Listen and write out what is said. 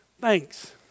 thanks